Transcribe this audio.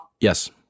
Yes